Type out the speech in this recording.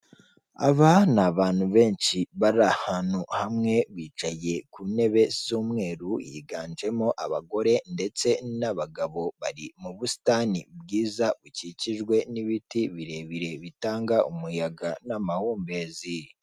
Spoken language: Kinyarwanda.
Ni isoko ryiza hasi risashe amakaro hejuru hari parafo, mu rwego rwo kwirinda inyanyagira ry'ibicuruzwa bubatse akayetajeri ko mu biti ku buryo usanga buri gicuruzwa gipanze mu mwanya wacyo.